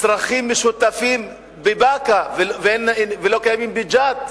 הצרכים המשותפים נמצאים בבאקה ולא קיימים בג'ת,